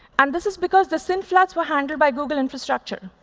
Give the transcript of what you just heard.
and this is because the syn floods were handled by google infrastructure.